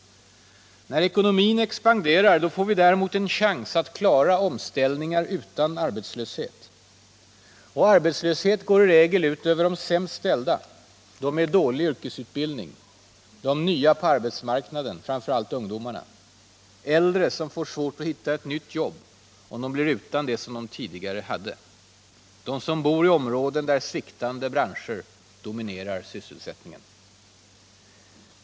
När ekonomin expanderar får vi däremot en chans att klara omställningar utan arbetslöshet. Och arbetslöshet går i regel ut över de sämst ställda: de med dålig yrkesutbildning, de nya på arbetsmarknaden, framför allt ungdomarna, äldre som får svårt att hitta ett nytt jobb om de blir utan det de tidigare hade, de som bor i områden där sviktande branscher dominerar sysselsättningen.